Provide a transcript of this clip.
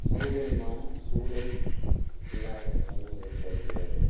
சவுகரியமான சூழல் இல்லாத நிலைமை ஏற்படுகிறது